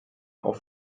auf